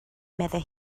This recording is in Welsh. meddai